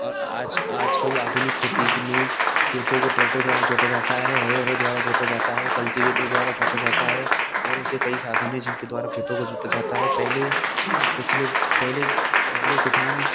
आज आजकल आधुनिक खेती में खेतों को ट्रैक्टर द्वारा जोता जाता है हलों हलों द्वारा जोता जाता है कल्टीवेटर द्वारा जोता जाता है और ऐसे कई साधन हैं जिसके द्वारा खेतों को जोता जाता है पहले पिछले पहले पहले किसान